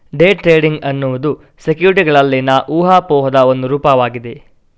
day trading ಎನ್ನುವುದು ಸೆಕ್ಯುರಿಟಿಗಳಲ್ಲಿನ ಊಹಾಪೋಹದ ಒಂದು ರೂಪವಾಗಿದೆ